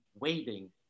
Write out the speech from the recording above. waiting